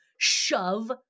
shove